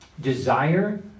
Desire